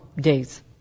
days